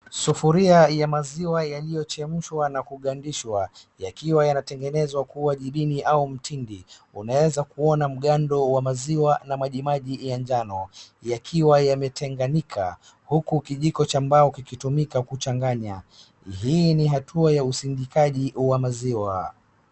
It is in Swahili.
Sufuria ya maziwa yaliyochemshwa na kugandishwa yakiwa yanatengenezwa kuwa jibini au mtindi. Unaeza kuona mgando wa maziwa na majimaji ya jano yakiwa yametenganika huku kijiko cha mbao kikitumika kuchanganya. Hii ni hatua ya usindikaji wa maziwa.